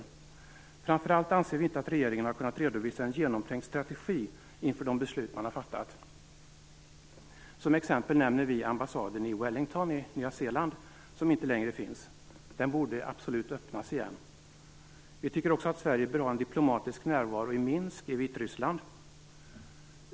Vi anser framför allt att regeringen inte har kunnat redovisa en genomtänkt strategi inför de beslut man har fattat. Som exempel nämner vi ambassaden i Wellington i Nya Zeeland, som inte längre finns. Den borde absolut öppnas igen. Vi tycker också att Sverige bör ha en diplomatisk närvaro i Minsk i Vitryssland.